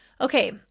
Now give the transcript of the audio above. Okay